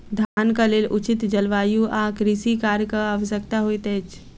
धानक लेल उचित जलवायु आ कृषि कार्यक आवश्यकता होइत अछि